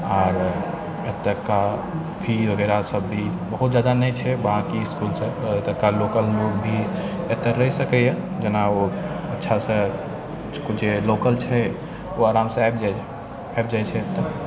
आओर एतुका फी वगैरह सबभी बहुत ज्यादा नहि छै बाकी इसकुलसँ ओतुका लोकल लोक भी एतऽ रहि सकैए जेना ओ अच्छासँ जे लोकल छै ओ आरामसँ आबि जाइ छै आबि जाइ छै एतऽ